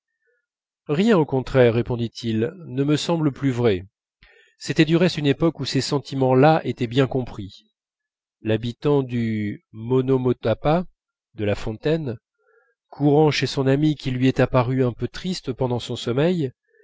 rien au contraire répondit-il ne me semble plus vrai c'était de reste une époque où ces sentiments là étaient bien compris l'habitant du monomopata de la fontaine courant chez son ami qui lui est apparu un peu triste pendant son sommeil